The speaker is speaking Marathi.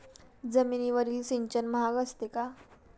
जमिनीवरील सिंचन महाग असते का?